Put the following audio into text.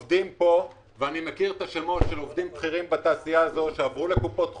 אני מכיר שמות של עובדים בכירים בתעשייה שעברו לקופות חולים,